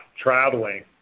traveling